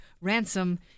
ransom